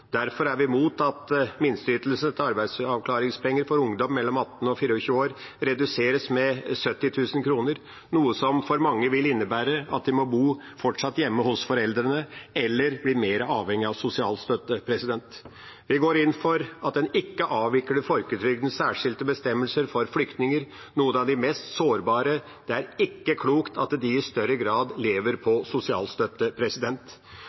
Derfor er vi imot at minsteytelsene til arbeidsavklaringspenger for ungdom mellom 18 og 24 år reduseres med 70 000 kr, noe som for mange vil innebære at de fortsatt må bo hjemme hos foreldrene sine eller blir mer avhengig av sosialstøtte. Vi går inn for at en ikke avvikler folketrygdens særskilte bestemmelser for flyktninger, som er noen av de mest sårbare. Det er ikke klokt at de i større grad lever